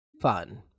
fun